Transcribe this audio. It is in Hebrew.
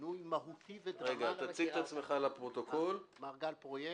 אני גל פרויקט,